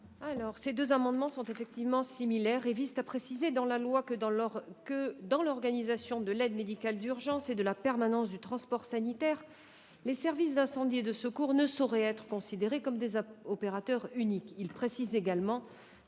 ? Ces deux amendements sont similaires et visent à préciser dans la loi que, dans l'organisation de l'aide médicale urgente et de la permanence du transport sanitaire, les services d'incendie et de secours ne sauraient être considérés comme des opérateurs uniques. Ils tendent également